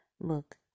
Look